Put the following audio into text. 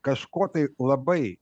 kažko tai labai